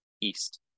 East